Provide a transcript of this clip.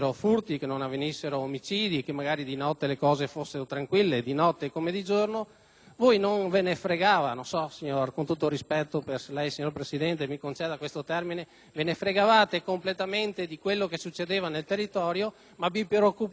il rispetto per lei, Presidente - di quello che succedeva nel territorio, ma vi preoccupavate di quello che facevamo noi. Forse eravamo una deriva istituzionale? No, non credo.